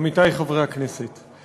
עמיתי חברי הכנסת,